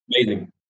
Amazing